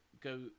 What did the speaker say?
go